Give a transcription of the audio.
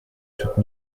toute